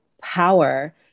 power